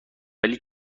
ولی